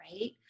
right